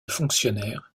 fonctionnaires